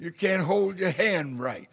you can hold your hand right